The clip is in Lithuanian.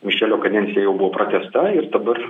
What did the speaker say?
mišelio kadencija jau buvo pratęsta ir dabar